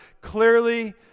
clearly